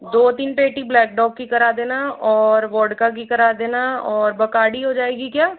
दो तीन पेटी ब्लैक डॉग की करा देना और और वोडका की करा देना और बकार्डी हो जाएगी क्या